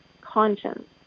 conscience